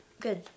Good